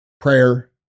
prayer